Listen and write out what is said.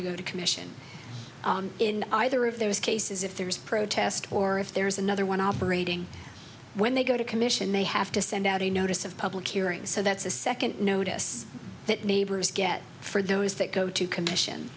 to go to commission in either of those cases if there is protest or if there's another one operating when they go to commission they have to send out a notice of public hearings so that's a second notice that neighbors get for those that go to co